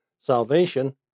Salvation